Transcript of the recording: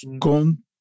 con